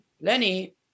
Lenny